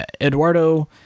Eduardo